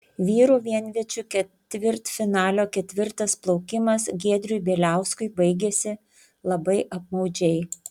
vyrų vienviečių ketvirtfinalio ketvirtas plaukimas giedriui bieliauskui baigėsi labai apmaudžiai